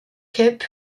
cup